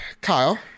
Kyle